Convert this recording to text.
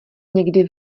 někdy